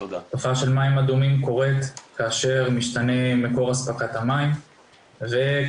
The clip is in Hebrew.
תופעה של מים אדומים קורית כאשר משתנה מקור אספקת המים וכתוצאה